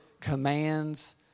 commands